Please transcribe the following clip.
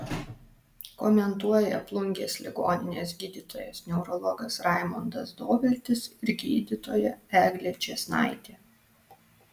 komentuoja plungės ligoninės gydytojas neurologas raimondas doviltis ir gydytoja eglė čėsnaitė